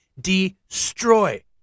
destroy